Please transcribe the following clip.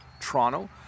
Toronto